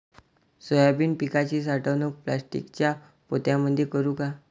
Soybean पिकाची साठवणूक प्लास्टिकच्या पोत्यामंदी करू का?